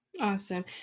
Awesome